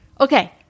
Okay